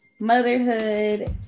motherhood